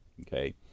okay